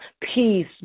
Peace